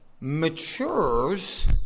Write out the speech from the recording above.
matures